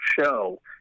show